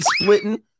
splitting